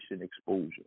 exposure